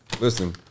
Listen